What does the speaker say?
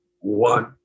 one